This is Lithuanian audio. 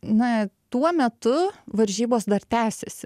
na tuo metu varžybos dar tęsėsi